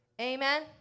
Amen